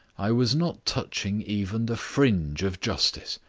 i was not touching even the fringe of justice.